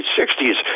60s